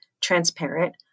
transparent